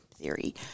theory